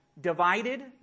Divided